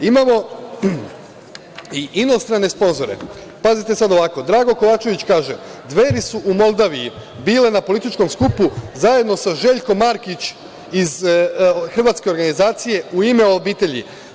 Imamo i inostrane sponzore, pazite sad ovako, Drago Kovačević kaže – Dveri su u Moldaviji bile na političkom skupu zajedno sa Željkom Markić iz hrvatske organizacije „U ime obitelji“